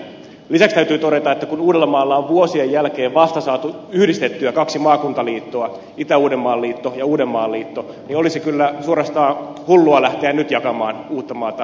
lisäksi täytyy todeta että kun uudellamaalla on vuosien jälkeen vasta saatu yhdistettyä kaksi maakuntaliittoa itä uudenmaan liitto ja uudenmaan liitto niin olisi kyllä suorastaan hullua lähteä nyt jakamaan uuttamaata keinotekoisiin osiin